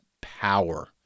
power